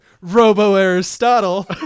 robo-aristotle